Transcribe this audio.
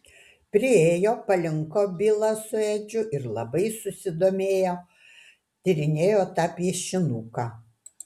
priėjo palinko bilas su edžiu ir labai susidomėję tyrinėjo tą piešinuką